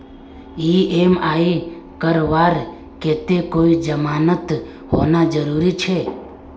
EMI करवार केते कोई जमानत होना जरूरी छे?